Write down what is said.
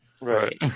right